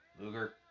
Luger